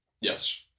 Yes